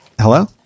Hello